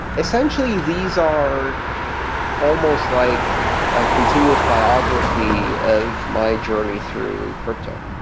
essentially, these are almost like a continuous biography of my journey through crypto.